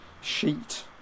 sheet